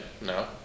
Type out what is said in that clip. no